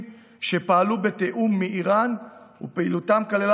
שפעלו בתיאום מאיראן ופעילותם כללה,